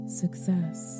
success